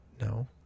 No